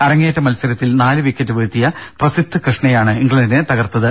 അരങ്ങേറ്റ മത്സരത്തിൽ നാല് വിക്കറ്റ് വീഴ്ത്തിയ പ്രസിദ്ധ് കൃഷ്ണയാണ് ഇംഗ്ലണ്ടിനെ തകർത്തത്